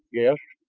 yes.